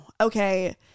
okay